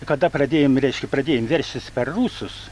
kada pradėjom reiškia pradėjom veržtis per rusus